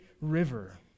river